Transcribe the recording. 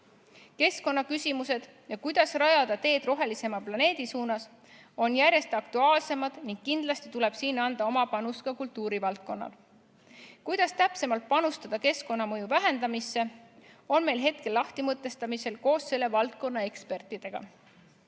Keskkonnaküsimused ja see, kuidas rajada teed rohelisema planeedi suunas, on järjest aktuaalsemad. Kindlasti tuleb siin anda oma panus ka kultuurivaldkonnal. Kuidas täpsemalt panustada keskkonnamõju vähendamisse, on meil hetkel lahtimõtestamisel koos selle valdkonna ekspertidega.